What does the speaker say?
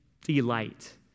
delight